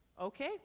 Okay